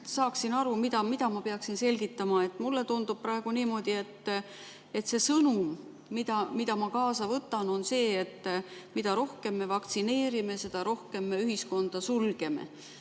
saaksin aru, mida ma peaksin selgitama. Mulle tundub praegu niimoodi, et see sõnum, mis ma kaasa võtan, on see, et mida rohkem me vaktsineerimine, seda rohkem me ühiskonda sulgeme.